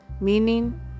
meaning